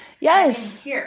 yes